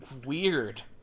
Weird